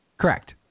Correct